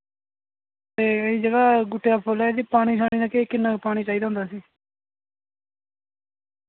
ते जेह्ड़ा गुट्टी दा फुल्ल ऐ इ'दे पानी शानी दा केह् किन्ना ग पानी चाहिदा होंदा इस्सी